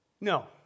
No